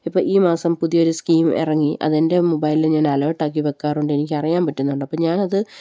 ഇപ്പം ഈ മാസം പുതിയൊരു സ്കീം ഇറങ്ങി അതെൻ്റെ മൊബൈലില് ഞാൻ അലേട്ടാക്കി വെയ്ക്കാറുണ്ട് എനിക്കറിയാൻ പറ്റുന്നുണ്ട് അപ്പോള് ഞാനത്